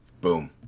Boom